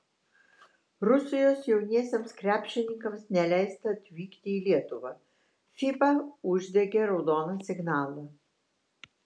rusijos jauniesiems krepšininkams neleista atvykti į lietuvą fiba uždegė raudoną signalą